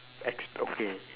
ex~ okay